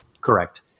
Correct